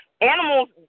Animals